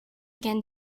again